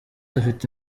afite